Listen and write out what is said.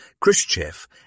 Khrushchev